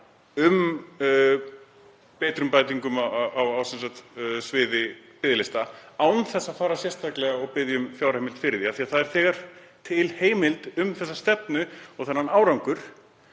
um úrbætur, einkum á sviði biðlista, án þess að fara sérstaklega og biðja um fjárheimild fyrir því af því að það er þegar til heimild um þessa stefnu og þennan árangur.